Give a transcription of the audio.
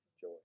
joy